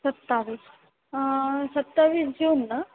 सत्तावीस सत्तावीस जून ना